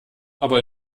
aber